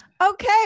Okay